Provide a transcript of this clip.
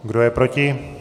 Kdo je proti?